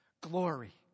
glory